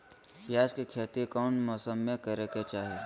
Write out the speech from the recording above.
प्याज के खेती कौन मौसम में करे के चाही?